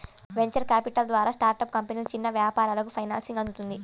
venture capital ద్వారా startup కంపెనీలు, చిన్న వ్యాపారాలకు ఫైనాన్సింగ్ అందుతుంది